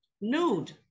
nude